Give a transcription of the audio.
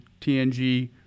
TNG